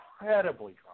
incredibly